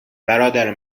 برادر